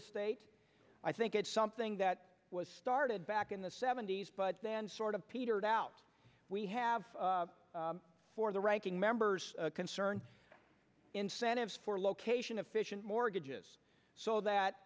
estate i think it's something that was started back in the seventy's but then sort of petered out we have for the ranking members concern incentives for location of fish and mortgages so that